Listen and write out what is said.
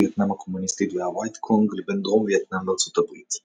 צפון וייטנאם הקומוניסטית והווייטקונג לבין דרום וייטנאם וארצות הברית.